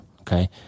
okay